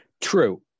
True